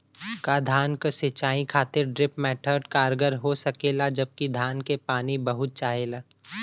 का धान क सिंचाई खातिर ड्रिप मेथड कारगर हो सकेला जबकि धान के पानी बहुत चाहेला?